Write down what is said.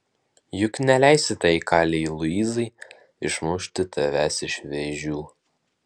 juk neleisi tai kalei luizai išmušti tavęs iš vėžių